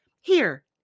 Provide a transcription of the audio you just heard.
Here